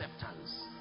acceptance